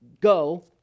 Go